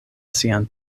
sian